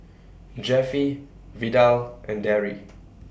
Jeffie Vidal and Darry